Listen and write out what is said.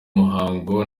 muhango